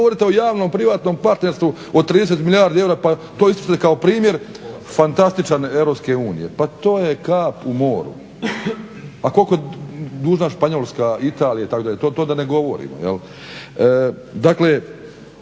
a vi govorite o javno privatnom partnerstvu od 30 milijardi eura pa to ističete kao primjer fantastičan EU. Pa to je kap u moru. A koliko je dužna Španjolska, Italija itd. to da ne govorimo.